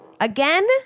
Again